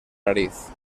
nariz